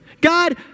God